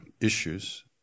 issues